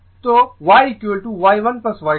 তো YY 1 Y 2